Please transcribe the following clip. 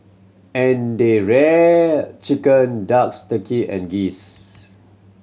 and they reared chicken ducks turkey and geese